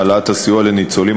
העלאת הסיוע לניצולים,